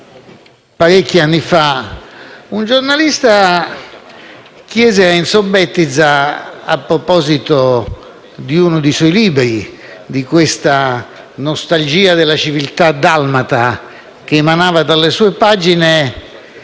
parecchi anni fa un giornalista chiese a Enzo Bettiza, a proposito di uno dei suoi libri, di questa nostalgia della civiltà dalmata che emanava dalle sue pagine: